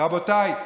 רבותיי,